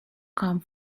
come